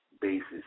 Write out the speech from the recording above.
basis